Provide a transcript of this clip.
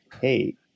hey